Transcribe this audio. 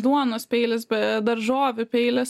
duonos peilis be daržovių peilis